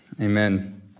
Amen